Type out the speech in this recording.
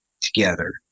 together